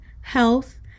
health